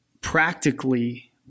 practically